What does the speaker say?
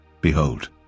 Behold